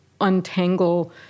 untangle